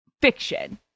fiction